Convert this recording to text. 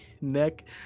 neck